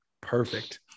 Perfect